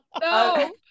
no